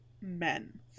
men